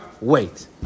wait